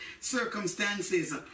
circumstances